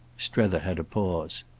strether had a pause.